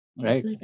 Right